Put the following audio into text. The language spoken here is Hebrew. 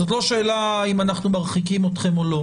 זאת לא שאלה אם אנחנו מרחיקים אתכם או לא,